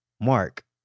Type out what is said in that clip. Mark